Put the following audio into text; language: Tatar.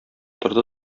торды